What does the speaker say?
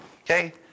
okay